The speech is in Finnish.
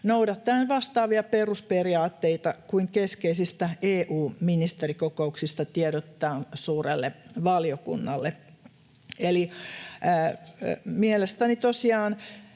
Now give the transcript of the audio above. noudattaen vastaavia perusperiaatteita kuin millä keskeisistä EU-ministerikokouksista tiedotetaan suurelle valiokunnalle. Mielestäni tosiaan